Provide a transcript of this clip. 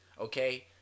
okay